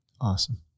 awesome